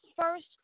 first